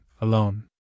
alone